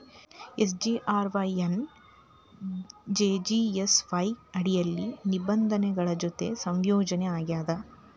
SGRY ಎನ್ನಾ JJSY ಅಡಿಯಲ್ಲಿ ನಿಬಂಧನೆಗಳ ಜೊತಿ ಸಂಯೋಜನಿ ಆಗ್ಯಾದ